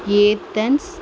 Athens